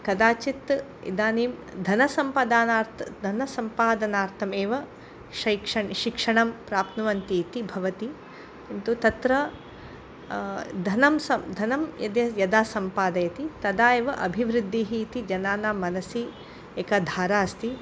कदाचित् इदानीं धनसम्पादनार्थं धनसम्पादनार्थमेव शैक्ष शिक्षणं प्राप्नुवन्ति इति भवति किन्तु तत्र धनं सं धनं यद् यदा सम्पादयति तदा एव अभिवृद्धिः इति जनानां मनसि एका धारा अस्ति